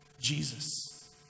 Jesus